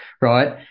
right